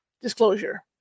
disclosure